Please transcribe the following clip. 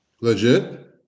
Legit